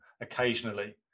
occasionally